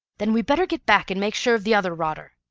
then we'd better get back and make sure of the other rotter.